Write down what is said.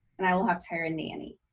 and i will have to hire a nanny.